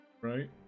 Right